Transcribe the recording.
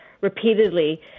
repeatedly